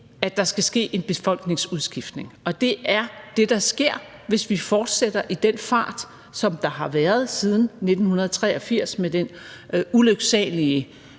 at der skal ske en befolkningsudskiftning, og det er det, der sker, hvis vi fortsætter i den fart, som der har været siden 1983 med den ulyksalige